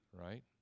right